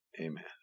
Amen